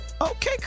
Okay